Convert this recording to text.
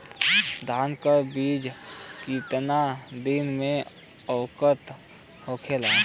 धान के बिज कितना दिन में अंकुरित होखेला?